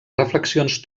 reflexions